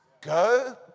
Go